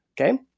Okay